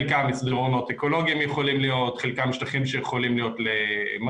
חלקם יכולים להיות מסדרונות אקולוגיים,